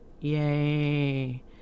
Yay